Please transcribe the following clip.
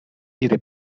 ihre